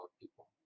people